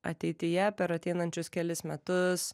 ateityje per ateinančius kelis metus